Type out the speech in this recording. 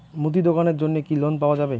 মুদি দোকানের জন্যে কি লোন পাওয়া যাবে?